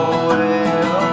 away